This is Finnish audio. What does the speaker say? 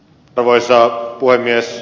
arvoisa puhemies